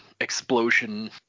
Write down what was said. explosion